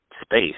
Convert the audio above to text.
space